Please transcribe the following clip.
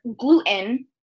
gluten